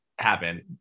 Happen